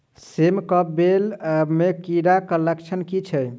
सेम कऽ बेल म कीड़ा केँ लक्षण की छै?